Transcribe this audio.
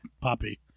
Poppy